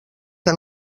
que